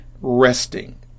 resting